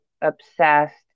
obsessed